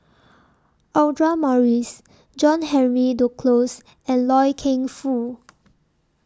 Audra Morrice John Henry Duclos and Loy Keng Foo